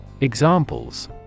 Examples